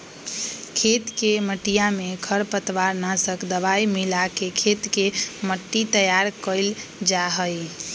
खेत के मटिया में खरपतवार नाशक दवाई मिलाके खेत के मट्टी तैयार कइल जाहई